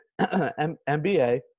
mba